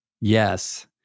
Yes